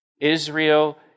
Israel